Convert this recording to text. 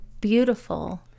beautiful